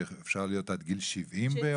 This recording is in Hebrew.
שאפשר להיות עד גיל 70 בהוסטל?